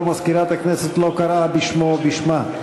ומזכירת הכנסת לא קראה בשמו או בשמה?